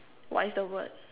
what is the word